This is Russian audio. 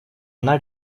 она